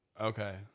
Okay